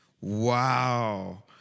Wow